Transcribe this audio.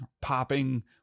popping